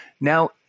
Now